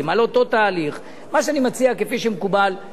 כפי שמקובל בכל סוג בחירות מהסוג הזה,